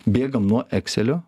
bėgam nuo ekselio